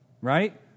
Right